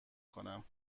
کنم